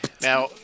Now